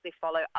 follow